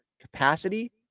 capacity